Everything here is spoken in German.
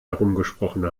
herumgesprochen